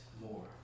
more